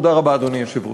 תודה רבה, אדוני היושב-ראש.